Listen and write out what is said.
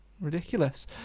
Ridiculous